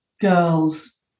girls